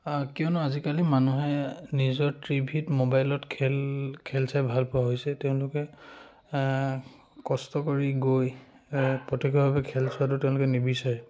কিয়নো আজিকালি মানুহে নিজৰ টিভিত মোবাইলত খেল খেল চাই ভাল পোৱা হৈছে তেওঁলোকে কষ্ট কৰি গৈ প্ৰত্যক্ষভাৱে খেল চোৱাটো তেওঁলোকে নিবিচাৰে